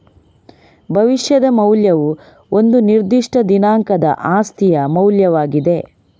ಭವಿಷ್ಯದ ಮೌಲ್ಯವು ಒಂದು ನಿರ್ದಿಷ್ಟ ದಿನಾಂಕದ ಆಸ್ತಿಯ ಮೌಲ್ಯವಾಗಿದೆ